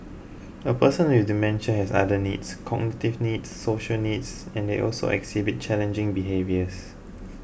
a person with dementia has other needs cognitive needs social needs and they also exhibit challenging behaviours